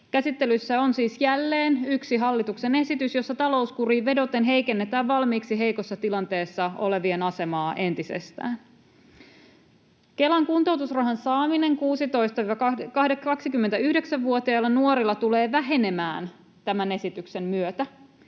Käsittelyssä on siis jälleen yksi hallituksen esitys, jossa talouskuriin vedoten heikennetään valmiiksi heikossa tilanteessa olevien asemaa entisestään. Kelan kuntoutusrahan saaminen 16—29-vuotiailla nuorilla tulee vähenemään tämän esityksen myötä.